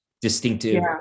distinctive